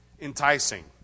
Enticing